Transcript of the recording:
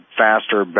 faster